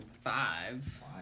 five